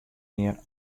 mear